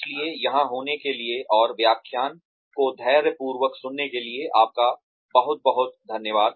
इसलिए यहाँ होने के लिए और व्याख्यान को धैर्य पूर्वक सुनने के लिए आपका बहुत बहुत धन्यवाद